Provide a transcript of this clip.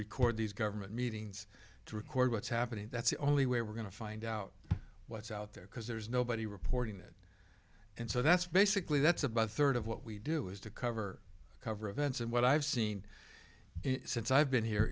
record these government meetings to record what's happening that's the only way we're going to find out what's out there because there's nobody reporting it and so that's basically that's about third of what we do is to cover cover events and what i've seen since i've been here